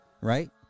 right